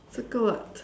circle what